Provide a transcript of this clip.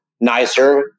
nicer